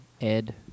Ed